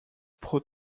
pro